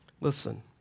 Listen